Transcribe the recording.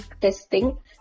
Testing